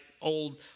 old